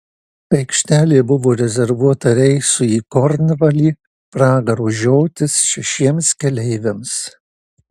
aikštelė buvo rezervuota reisui į kornvalį pragaro žiotis šešiems keleiviams